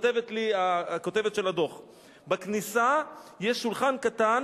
כותבת הדוח כותבת לי: "בכניסה יש שולחן קטן